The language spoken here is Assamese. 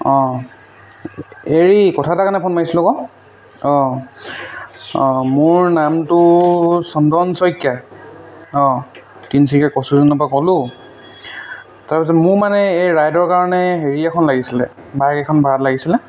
অঁ হেৰি কথা এটা কাৰণে ফোন মাৰিছিলোঁ আকৌ অঁ অঁ মোৰ নামটো চন্দন শইকীয়া অঁ তিনিচুকীয়া কচুজানৰ পৰা ক'লোঁ তাৰপিছত মোৰ মানে এই ৰাইডৰ কাৰণে হেৰি এখন লাগিছিলে বাইক এখন ভাড়াত লাগিছিলে